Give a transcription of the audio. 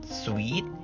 sweet